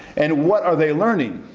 and what are they learning?